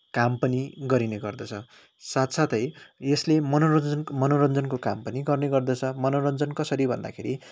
काम पनि गरिने गर्दछ साथसाथै यसले मनोरञ्जनको मनोरञ्जनको काम पनि गर्ने गर्दछ मनोरञ्जन कसरी भन्दाखेरि